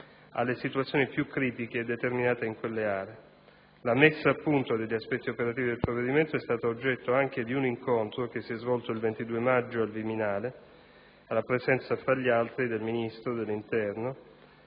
alle situazioni più critiche determinate in quelle aree. La messa a punto degli aspetti operativi del provvedimento è stata oggetto anche di un incontro che si è svolto il 22 maggio al Viminale alla presenza, tra gli altri, del Ministro dell'interno,